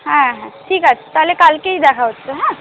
হ্যাঁ হ্যাঁ ঠিক আছে তাহলে কালকেই দেখা হচ্ছে হ্যাঁ